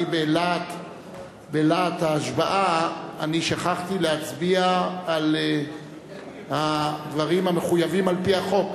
בלהט ההשבעה אני שכחתי להצביע על הדברים המחויבים על-פי החוק,